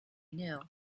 knew